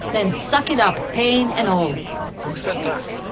then suck it up, pain and all who said that?